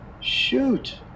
Shoot